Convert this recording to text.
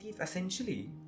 essentially